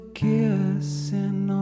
kissing